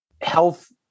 health